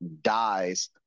dies